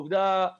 עובדה היא